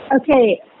Okay